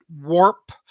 warp